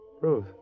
Ruth